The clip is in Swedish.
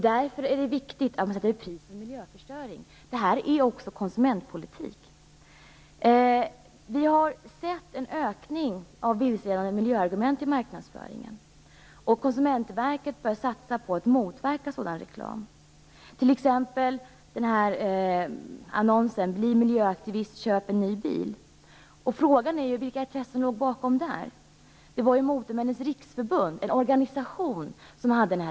Därför är det viktigt att vi sätter pris för miljöförstöring. Det är också konsumentpolitik. Vi har sett en ökning av vilseledande miljöargument i marknadsföringen. Konsumentverket bör satsa på att motverka sådan reklam, t.ex. annonsen: Bli miljöaktivist - köp en ny bil! Frågan är: Vilka intressen ligger bakom den? Det är Motormännens riksförbund, en organisation.